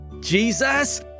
Jesus